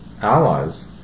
allies